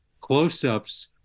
close-ups